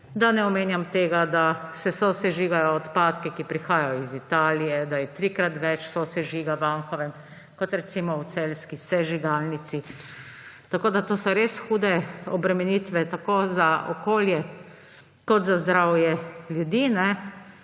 da ne omenjam tega, da se sosežigajo odpadki, ki prihajajo iz Italije, da je trikrat več sosežiga v Anhovem, kot recimo v celjski sežigalnici. Tako so to res hude obremenitve tako za okolje kot za zdravje ljudi.